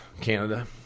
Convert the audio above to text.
Canada